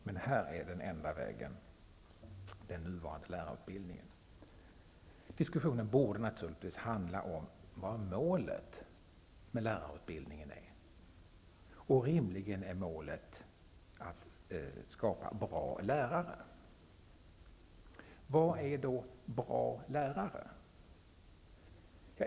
När det gäller lärarutbildningen skulle det här emellertid vara den enda vägen. Diskussionen borde naturligtvis handla om målet med lärarutbildningen. Rimligen är målet att få fram bra lärare. Vad menas då med bra lärare?